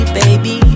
baby